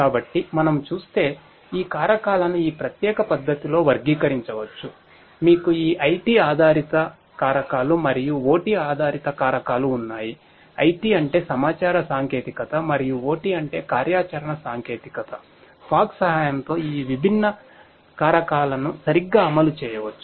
కాబట్టి మనము చూస్తే ఈ కారకాలను ఈ ప్రత్యేక పద్ధతిలో వర్గీకరించవచ్చు మీకు ఈ IT ఆధారిత కారకాలు మరియు OT ఆధారిత కారకాలు ఉన్నాయి IT అంటే సమాచార సాంకేతికత మరియు OT అంటే కార్యాచరణ సాంకేతికత ఫాగ్ సహాయంతో ఈ విభిన్న కారకాలను సరిగ్గా అమలు చేయవచ్చు